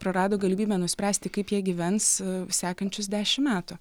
prarado galimybę nuspręsti kaip jie gyvens sekančius dešimt metų